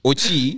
Ochi